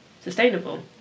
sustainable